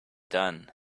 done